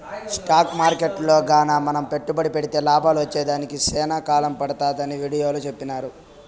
stock మార్కెట్టులో గాన మనం పెట్టుబడి పెడితే లాభాలు వచ్చేదానికి సేనా కాలం పడతాదని వీడియోలో సెప్పినారు